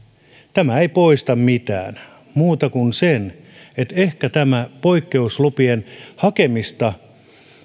tämä ei poista mitään muuta kuin sen että ehkä tämä poikkeuslupien hakemista